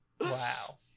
wow